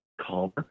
calmer